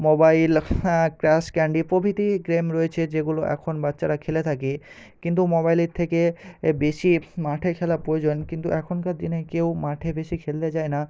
mobile crash candy প্রভৃতি game রয়েছে যেগুলো এখন বাচ্চারা খেলে থাকে কিন্তু মোবাইলের থেকে বেশি মাঠে খেলা প্রয়োজন কিন্তু এখনকার দিনে কেউ মাঠে বেশি খেলতে যায় না